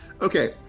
Okay